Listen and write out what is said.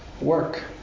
work